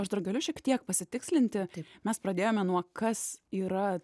aš dar galiu šiek tiek pasitikslinti taip mes pradėjome nuo kas yra